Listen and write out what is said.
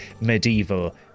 medieval